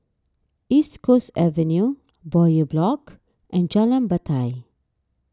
East Coast Avenue Bowyer Block and Jalan Batai